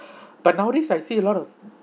but nowadays I see a lot of